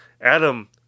Adam